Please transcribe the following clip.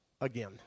again